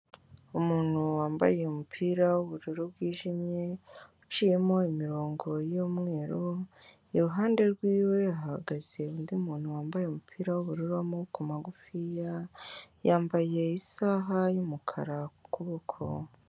Umuntu wambaye umupira w'ubururu bwijimye uciyemo imirongo yumweru iruhande rwiwe hahagaze undi muntu wambaye umupira w'ubururu w'amaboko magufiya yambaye isaha y'umukara ku kuboko.